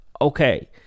okay